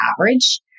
average